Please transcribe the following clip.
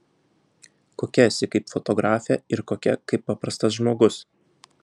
kokia esi kaip fotografė ir kokia kaip paprastas žmogus